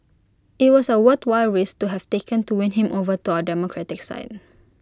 IT was A worthwhile risk to have taken to win him over to our democratic side